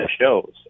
shows